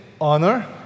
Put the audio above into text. Honor